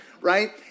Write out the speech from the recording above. right